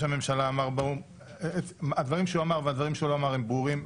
הדברים שראש הממשלה אמר באו"ם הם דברים ברורים.